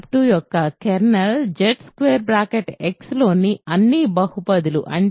2 యొక్క kernel Zx లోని అన్ని బహుపదిలు అంటేf 0